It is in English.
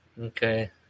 Okay